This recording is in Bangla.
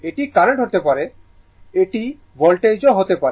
এটি কারেন্ট হতে পারে এটি ও ভোল্টেজ হতে পারে